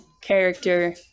character